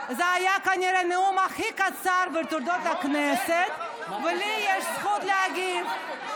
זה היה כנראה הנאום הכי קצר בתולדות הכנסת ולי יש זכות להגיב.